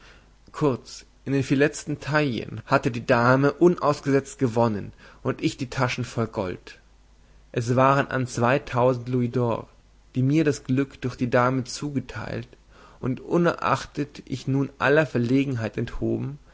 kurz in den vier letzten taillen hatte die dame unausgesetzt gewonnen und ich die taschen voll gold es waren an zweitausend louisdors die mir das glück durch die dame zugeteilt und unerachtet ich nun aller verlegenheit enthoben